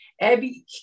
Abby